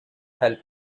help